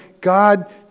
God